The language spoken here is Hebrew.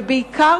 ובעיקר,